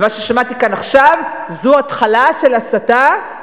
ומה ששמעתי כאן עכשיו זו התחלה של הסתה,